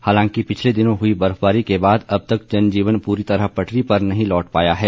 हालांकि पिछले दिनों हुई बर्फबारी के बाद अब तक जनजीवन पूरी तरह पटरी पर नहीं लौट पाया है